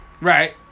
Right